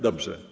Dobrze.